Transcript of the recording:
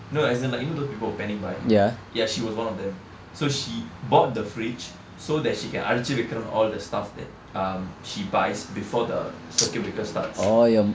no as in like you know those people panic buy ya she was one of them so she bought the fridge so that she can அடைகிச்சு வைக்குறான்:adaicchu vaikkukuraan all the stuff that um she buys before the circuit breaker starts